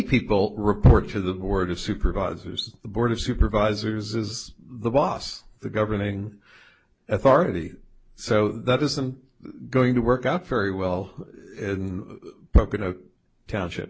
people report to the board of supervisors the board of supervisors is the boss the governing authority so that isn't going to work out very well but in a township